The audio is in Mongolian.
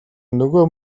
нөгөө